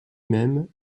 même